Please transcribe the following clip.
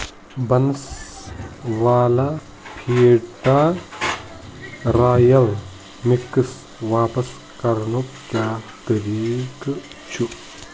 بنسوالا heater رایل mix واپس کرنُک کیٛاہ طریٖقہٕ چھُ؟